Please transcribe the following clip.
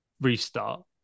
restart